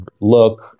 look